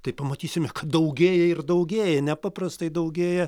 tai pamatysime kad daugėja ir daugėja nepaprastai daugėja